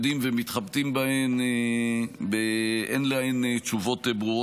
ומתחבטים בהן באין להן תשובות ברורות וחד-משמעיות.